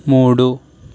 మూడు